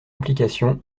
implication